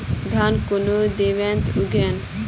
धान कुन दिनोत उगैहे